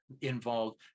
involved